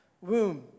womb